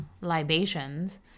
libations